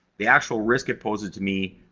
the actual risk it poses to me,